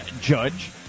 judge